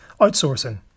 outsourcing